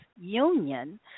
union